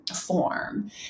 form